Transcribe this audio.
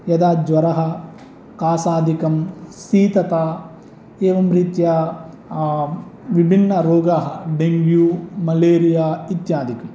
यदा ज्वरः काशादिकं शीतता एवं रीत्या विभिन्नरोगाः डेङ्गू मलेरिया इत्यादिकं